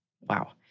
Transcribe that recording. Wow